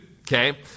Okay